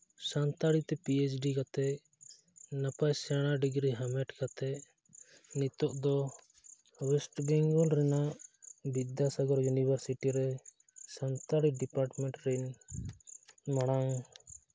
ᱥᱟᱱᱛᱟᱲᱤ ᱛᱮ P H D ᱠᱟᱛᱮᱫ ᱱᱟᱯᱟᱭ ᱥᱮᱬᱟ ᱰᱤᱜᱽᱨᱤ ᱦᱟᱢᱮᱴ ᱠᱟᱛᱮᱫ ᱱᱤᱛᱳᱜ ᱫᱚ ᱚᱭᱮᱥᱴ ᱵᱮᱝᱜᱚᱞ ᱨᱮᱱᱟᱜ ᱵᱤᱫᱽᱫᱟᱥᱟᱜᱚᱨ ᱤᱭᱩᱱᱤᱵᱷᱟᱨᱥᱤᱴᱤ ᱨᱮ ᱥᱟᱱᱛᱟᱲᱤ ᱰᱤᱯᱟᱨᱴᱢᱮᱱᱴ ᱨᱮᱱ ᱢᱟᱨᱟᱝ